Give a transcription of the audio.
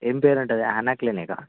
ఏం పేరు ఉంటుంది అవునా క్లినికా